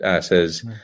says